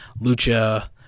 Lucha